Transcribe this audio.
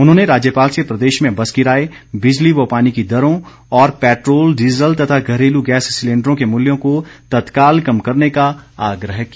उन्होंने राज्यपाल से प्रदेश में बस किराए बिजली व पानी की दरों और पेट्रोल डीज़ल तथा घरेलू गैस सिलेंडरों के मूल्यों को तत्काल कम करने का आग्रह किया